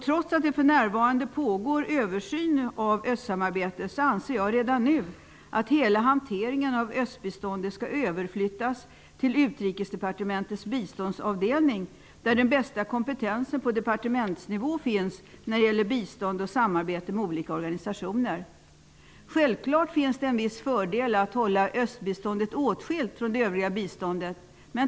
Trots att det för närvarande pågår översyn av östsamarbetet anser jag att hela hanteringen av östbiståndet redan nu skall överflyttas till Utrikesdepartementets biståndsavdelning, där den bästa kompetensen på departementsnivå finns när det gäller bistånd och samarbete med olika organisationer. Självfallet finns det en viss fördel i att hålla biståndet åtskiljt från det övriga biståndet.